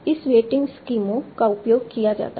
किस वेटिंग स्कीमों का उपयोग किया जाता है